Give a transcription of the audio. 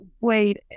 wait